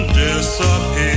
disappear